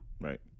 Right